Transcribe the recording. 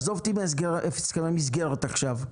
עזוב אותי מהסכמי מסגרת עכשיו.